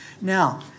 now